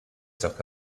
talk